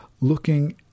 looking